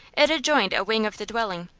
it adjoined a wing of the dwelling,